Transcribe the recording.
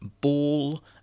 ball